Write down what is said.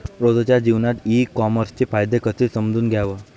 रोजच्या जीवनात ई कामर्सचे फायदे कसे समजून घ्याव?